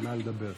מתחילה לדבר.